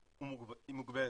גם היא מוגבלת.